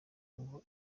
ngo